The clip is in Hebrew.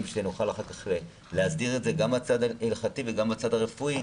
שנוכל אחר כך להסדיר את זה גם בצד ההלכתי וגם בצד הרפואי,